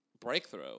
breakthrough